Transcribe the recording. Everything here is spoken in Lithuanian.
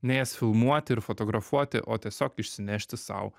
ne jas filmuoti ir fotografuoti o tiesiog išsinešti sau